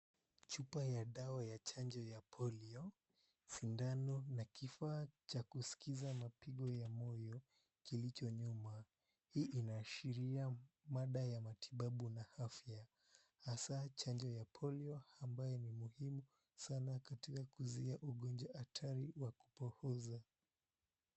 Chupa ya dawa ya chanjo ya polio, sindano na kifaa cha kuskiza mapigo ya moyo kilicho nyuma. Hii inaashiria mada ya matibabu na afya hasa chanjo ya polio ambayo ni muhimu sana katika kuzuia ugonjwa hatari wa kupooza.